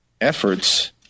efforts